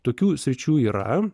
tokių sričių yra